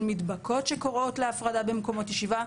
של מדבקות שקוראות להפרדה במקומות ישיבה,